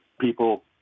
people